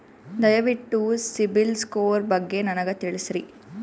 ದಯವಿಟ್ಟು ಸಿಬಿಲ್ ಸ್ಕೋರ್ ಬಗ್ಗೆ ನನಗ ತಿಳಸರಿ?